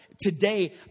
today